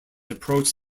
approach